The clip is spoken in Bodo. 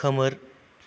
खोमोर